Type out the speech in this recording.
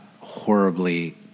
horribly